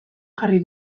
jarri